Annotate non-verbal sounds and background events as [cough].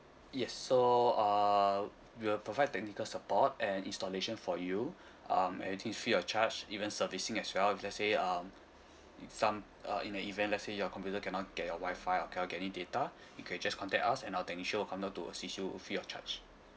yes so uh we will provide technical support and installation for you [breath] um everything free of charge even servicing as well if let say um [breath] some uh in the event let say your computer cannot get your Wi-Fi or cannot get any data [breath] you can just contact us and our technician will come down to assist you free of charge